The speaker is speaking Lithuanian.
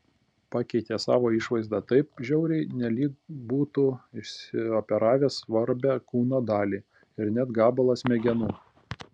pakeitė savo išvaizdą taip žiauriai nelyg būtų išsioperavęs svarbią kūno dalį ir net gabalą smegenų